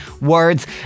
words